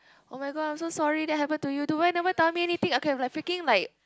oh-my-god I'm so sorry that happened to you do why never tell me anything I could have freaking like